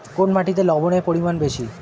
কোন মাটিতে লবণের পরিমাণ বেশি?